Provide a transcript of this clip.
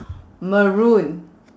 maroon